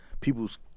people's